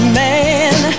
man